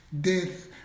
death